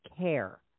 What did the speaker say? care